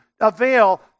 avail